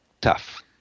tough